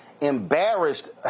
embarrassed